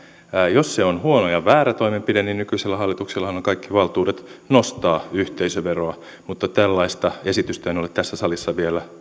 jos se on huono ja väärä toimenpide niin nykyisellä hallituksellahan on kaikki valtuudet nostaa yhteisöveroa mutta tällaista esitystä en ole tässä salissa vielä